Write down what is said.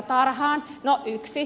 no yksi